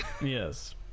Yes